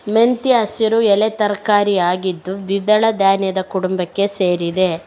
ಮೆಂತ್ಯ ಹಸಿರು ಎಲೆ ತರಕಾರಿ ಆಗಿದ್ದು ದ್ವಿದಳ ಧಾನ್ಯದ ಕುಟುಂಬಕ್ಕೆ ಸೇರಿದೆ